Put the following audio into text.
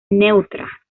ntra